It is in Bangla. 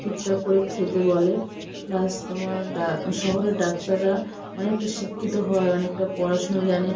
ঠিকঠাক করে খেতে বলে প্লাস তোমার শহরের ডাক্তাররা অনেকটা শিক্ষিত হয় অনেকটা পড়াশুনো জানে